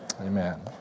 Amen